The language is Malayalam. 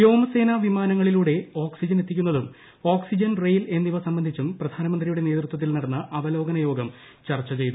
വ്യോമസേനാ വിമാനങ്ങളിലൂടെ ഓക്സിജൻ എത്തിക്കുന്നതും ഓക്സിജൻ റെയിൽ എന്നിവ സംബന്ധിച്ചും പ്ര്യാനമന്ത്രിയുടെ നേതൃത്വത്തിൽ നടന്ന അവലോകന യോഗം ചർച്ച് ചെയ്തു